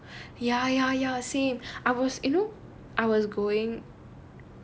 oh ya ya ya same I was you know I was going